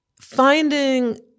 Finding